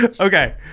Okay